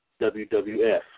WWF